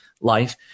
life